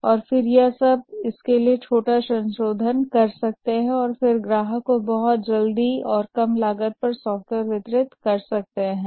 और तब इसमें केवल छोटे संशोधन कर सकते हैं और सॉफ्टवेयर को ग्राहक को डिलीवर बहुत जल्दी कम कीमत पर कर सकते हैं